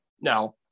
now